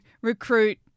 recruit